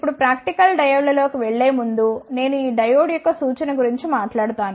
ఇప్పుడు ప్రాక్టికల్ డయోడ్లలోకి వెళ్ళే ముందు నేను ఈ డయోడ్ యొక్క సూచన గురించి మాట్లాడుతాను